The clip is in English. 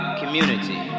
community